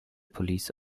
police